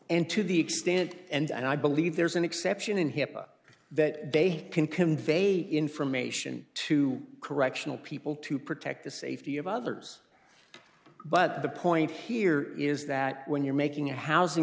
and to the extent and i believe there's an exception in hipaa that they can convey information to correctional people to protect the safety of others but the point here is that when you're making a housing